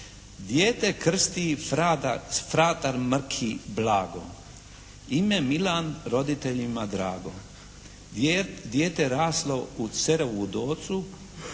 "Dijete krsti fratar Mrki Blago, ime Milan roditeljima drago. Dijete raslo u Cerovu docu,